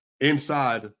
inside